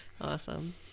Awesome